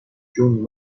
جون